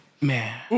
Man